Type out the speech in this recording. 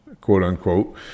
quote-unquote